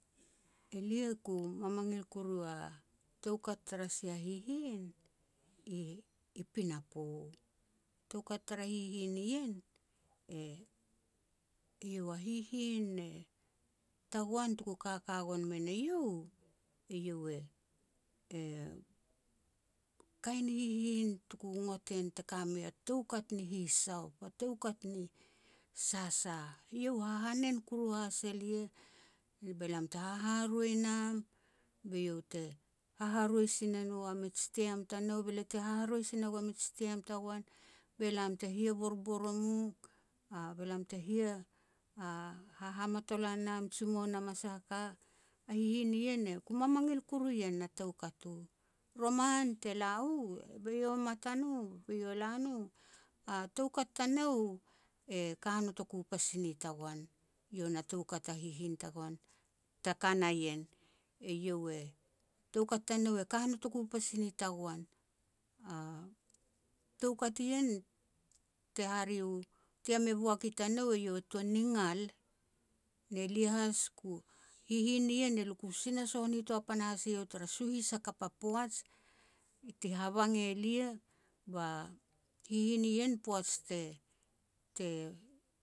Elia ku mamagil koru a toukat tara sia hihin i-i pinapo. Toukat tara hihin nien, e-eiau a hihin e, tagoan tuku kakagon mein iau, e iau e-e, kain hihin tuku ngot en te ka mei a toukat ni hisaop, a toukat ni sasah. Eiau hahanen koru has elia, be lam te hahaoi nam, be iau te haharoi sin ne no a mej tiam tanou, be lia te haharoi sin ne gua a mij tiam tagoan, be lam te hia borbor o mu, be lam te hia ha-haha matolan nam, jimou nam a sah a ka. A hihin nien, ku mamagil koru en na toukat u. Roman te la u, be iau e mat a no, be iau e la no, a toukat tanou e ka notoku pas ni tagoan. Iau na toukat a hihin tagoan te ka na ien. Eiau e, toukat tanou e ka notoku pas ni tagoan. A toukat ien te hare u team e boak i tanou, eiau e tuan ni gal, ne lia has ku, hihin nien, elia ku sinasoh nitoa panahas eiau tara suhis hakap a poaj, ti habang elia, ba hihin nien, poaj te-te